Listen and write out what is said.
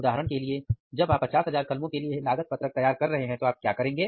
उदाहरण के लिए जब आप 50000 कलमों के लिए लागत पत्रक तैयार कर रहे हैं तो आप क्या करेंगे